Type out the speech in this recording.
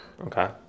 Okay